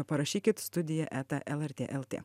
parašykit studija eta lrt lt